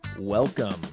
Welcome